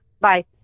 Bye